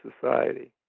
society